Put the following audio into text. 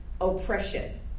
oppression